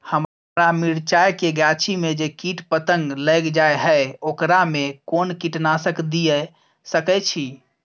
हमरा मिर्चाय के गाछी में जे कीट पतंग लैग जाय है ओकरा में कोन कीटनासक दिय सकै छी?